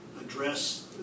address